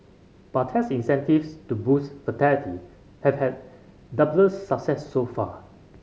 but tax incentives to boost fertility have had dubious success so far